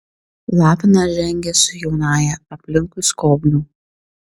lapinas žengė su jaunąja aplinkui skobnių